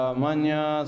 manya